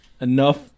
enough